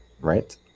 right